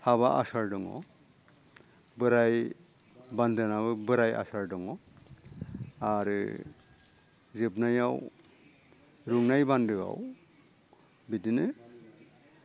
हाबा आसार दङ बोराय बान्दोनाबो बोराय आसार दङ आरो जोबनायाव रुंनाय बान्दोआव बिदिनो